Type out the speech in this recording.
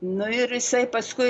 nu ir jisai paskui